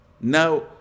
Now